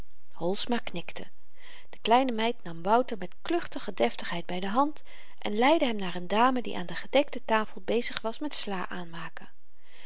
holsma knikte de kleine meid nam wouter met kluchtige deftigheid by de hand en leidde hem naar n dame die aan de gedekte tafel bezig was met sla aanmaken